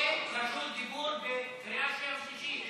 רשות דיבור בקריאה שנייה ושלישית.